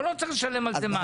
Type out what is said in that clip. או שהוא לא צריך לשלם על זה מס?